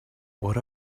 what